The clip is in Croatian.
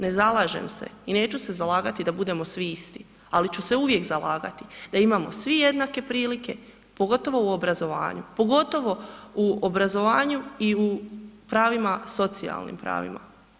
Ne zalažem se i neću se zalagati da budemo svi isti, ali ću se uvijek zalagati da imamo svi jednake prilike pogotovo u obrazovanju, pogotovo u obrazovanju i u pravima socijalnim pravima.